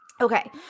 Okay